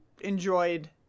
enjoyed